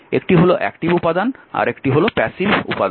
একটি হল অ্যাকটিভ উপাদান আরেকটি হল প্যাসিভ উপাদান